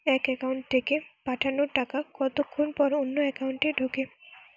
এক একাউন্ট থেকে পাঠানো টাকা কতক্ষন পর অন্য একাউন্টে ঢোকে?